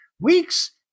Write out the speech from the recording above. weeks